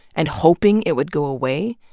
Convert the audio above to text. and hoping it would go away,